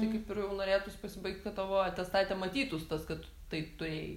tai kaip ir jau ir norėtųs pasibaigt kad tavo atestate matytųs tas kad taip tu ėjai